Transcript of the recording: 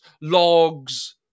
logs